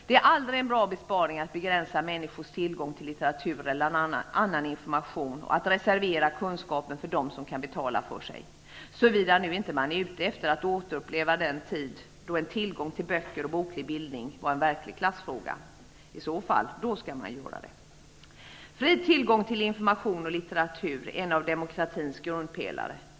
Det är aldrig en bra besparing att begränsa människors tillgång till litteratur eller annan information och att reservera kunskapen för dem som kan betala för sig -- såvida man inte är ute efter att återuppleva den tid då tillgång till böcker och boklig bildning var en verklig klassfråga. Fri tillgång till information och litteratur är en av demokratins grundpelare.